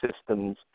systems